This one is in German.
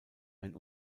ein